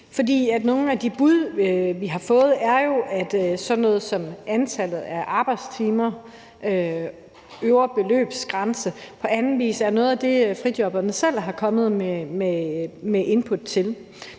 For nogle af de bud, vi har fået – sådan noget som antallet af arbejdstimer og den øvre beløbsgrænse – er nogle, som frijobberne selv er kommet med input til.